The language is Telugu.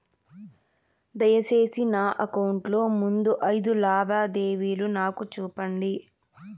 దయసేసి నా అకౌంట్ లో ముందు అయిదు లావాదేవీలు నాకు చూపండి